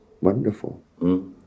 wonderful